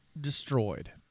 destroyed